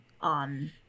on